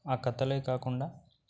ఆ కథలే కాకుండా